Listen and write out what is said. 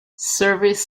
service